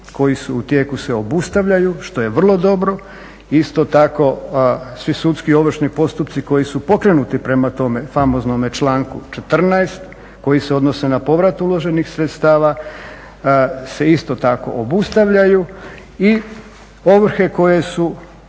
koji su u tijeku se obustavljaju, što je vrlo dobro. Isto tako svi sudski ovršni postupci koji su pokrenuti prema tome famoznome članku 14. koji se odnose na povrat uloženih sredstava se isto tako obustavljaju. I ovrhe koje su